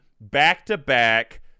back-to-back